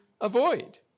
avoid